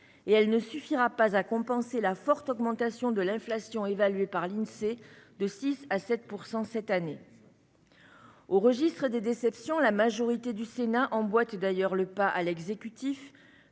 et elle ne suffira pas à compenser la forte augmentation de l'inflation, évaluée par l'Insee de 6 % à 7 % cette année. Au registre des déceptions, la majorité du Sénat emboîte d'ailleurs le pas à l'exécutif,